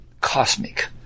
cosmic